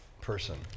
person